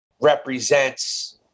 represents